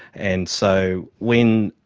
and so when